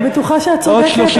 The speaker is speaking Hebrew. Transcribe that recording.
אני בטוחה שאת צודקת,